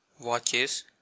Watches